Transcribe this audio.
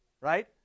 right